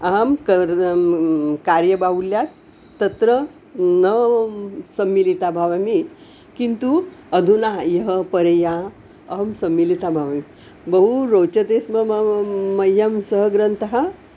अहं कार्यबाहुल्यात् तत्र न सम्मिलिता भवामि किन्तु अधुना यः पर्या अहं सम्मिलिता भवमि बहु रोचते स्म मह्यं सः ग्रन्थः